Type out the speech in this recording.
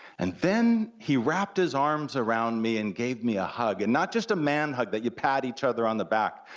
and then he wrapped his arms around me and gave me a hug, and not just a man hug that you pat each other on the back,